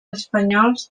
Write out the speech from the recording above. espanyols